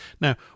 now